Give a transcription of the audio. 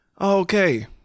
Okay